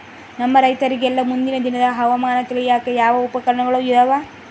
ನಮ್ಮ ರೈತರಿಗೆಲ್ಲಾ ಮುಂದಿನ ದಿನದ ಹವಾಮಾನ ತಿಳಿಯಾಕ ಯಾವ ಉಪಕರಣಗಳು ಇದಾವ?